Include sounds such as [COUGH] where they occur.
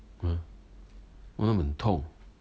[NOISE] 哇那很痛